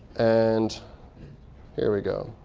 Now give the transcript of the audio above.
and here we go.